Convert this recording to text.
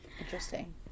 Interesting